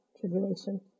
tribulation